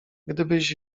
gdybyś